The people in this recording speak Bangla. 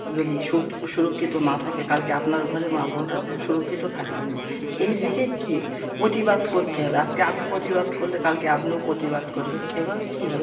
যদি সু সুরক্ষিত না থাকে কালকে আপনার ঘরের মা বোনরাও সুরক্ষিত থাকবে না এই দিকে কী প্রতিবাদ করতে হবে আজকে আমি প্রতিবাদ করলে কালকে আপনিও প্রতিবাদ করবেন এভাবে কী হবে